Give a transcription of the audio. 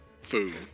food